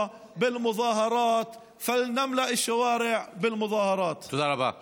יחיו יום אחד במדינה שבה הם לא יישפטו על פי מוצאם האתנו-לאומי אלא על